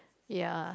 yeah